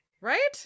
right